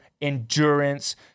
endurance